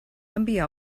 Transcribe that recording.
enviar